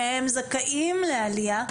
שהם זכאים לעלייה,